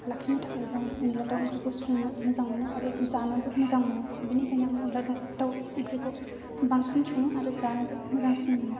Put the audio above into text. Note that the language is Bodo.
देहानि थाखायबो आं अनला दाउ आंख्रिखौ संनो मोजां मोनो आरो जानोबो मोजां मोनो बेनिखायनो आं अनलाखौ दाउ आंख्रिखौ बांसिन सङो आरो जानोबो मोजांसिन मोनो